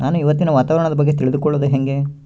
ನಾನು ಇವತ್ತಿನ ವಾತಾವರಣದ ಬಗ್ಗೆ ತಿಳಿದುಕೊಳ್ಳೋದು ಹೆಂಗೆ?